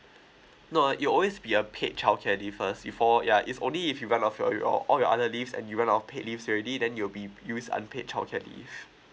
no it always be a paid childcare leave first before ya it's only if you run off your your all your other leaves and even our paid leaves already then you'll be use unpaid childcare leave